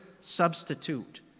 substitute